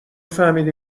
فهمیدی